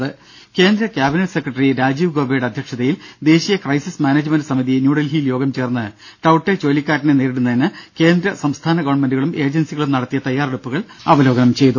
ദ്ദേ കേന്ദ്ര cabinet secretary Rajiv ഗൌബേയുടെ അധ്യക്ഷതയിൽ ദേശീയ ക്രൈസിസ് മാനേജ്മെന്റ് സമിതി ന്യൂഡൽഹിയിൽ യോഗം ചേർന്ന് ടൌട്ടെ ചുഴലിക്കാറ്റിനെ നേരിടുന്നതിന് കേന്ദ്ര സംസ്ഥാന ഗവൺമെന്റുകളും ഏജൻസികളും നടത്തിയ തയ്യാറെടുപ്പുകൾ അവലോകനം ചെയ്തു